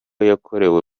yakorewe